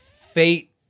Fate